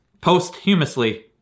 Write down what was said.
posthumously